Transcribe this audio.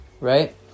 right